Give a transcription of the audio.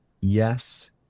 yes